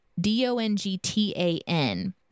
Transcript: D-O-N-G-T-A-N